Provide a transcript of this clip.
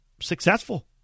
successful